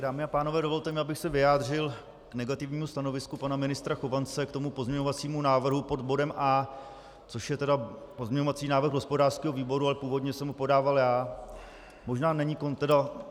Dámy a pánové, dovolte mi, abych se vyjádřil k negativnímu stanovisku pana ministra Chovance k tomu pozměňovacímu návrhu pod bodem A, což je tedy pozměňovací návrh hospodářského výboru, ale původně jsem ho podával já.